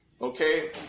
okay